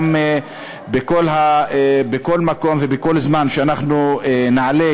גם בכל מקום ובכל זמן שאנחנו נעלה,